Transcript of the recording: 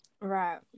Right